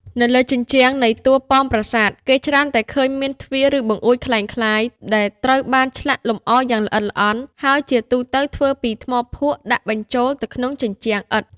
នៅលើជញ្ជាំងនៃតួប៉មប្រាសាទ គេច្រើនតែឃើញមាន ទ្វារ ឬបង្អួចក្លែងក្លាយ ដែលត្រូវបានឆ្លាក់លម្អយ៉ាងល្អិតល្អន់ ហើយជាទូទៅធ្វើពីថ្មភក់ដាក់បញ្ចូលទៅក្នុងជញ្ជាំងឥដ្ឋ។